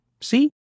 See